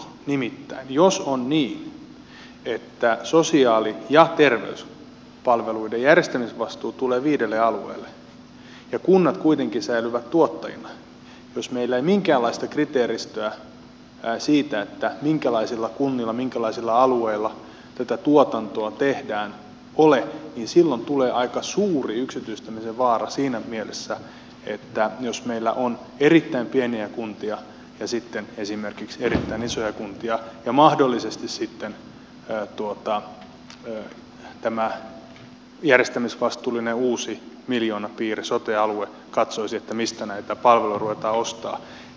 nimittäin jos on niin että sosiaali ja terveyspalveluiden järjestämisvastuu tulee viidelle alueelle ja kunnat kuitenkin säilyvät tuottajina ja jos meillä ei ole minkäänlaista kriteeristöä siitä minkälaisilla kunnilla minkälaisilla alueilla tätä tuotantoa tehdään niin silloin tulee aika suuri yksityistämisen vaara siinä mielessä että meillä on erittäin pieniä kuntia ja sitten esimerkiksi erittäin isoja kuntia ja mahdollisesti sitten tämä järjestämisvastuullinen uusi miljoonapiiri sote alue joka katsoisi mistä näitä palveluja ruvetaan ostamaan